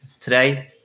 today